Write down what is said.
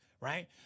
right